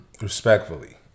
Respectfully